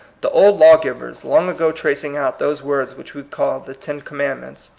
the old law-givers, long ago tra cing out those words which we call the ten commandments,